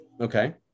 Okay